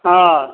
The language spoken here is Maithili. आँय